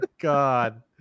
God